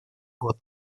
год